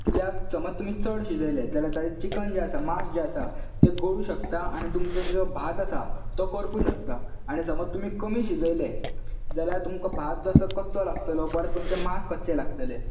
कित्याक समज तुमी चड शिजयलें जाल्यार ताचें चिकन जे आसा मांस जे आसा तें गळूं शकता आनी तुमचो जो भात आसा तो करपूंक शकता आनी समज तुमी कमी शिजयले जाल्यार तुमकां भात जसो कच्चो लागतलो बरें तुमचें मांस कच्चे लागतलें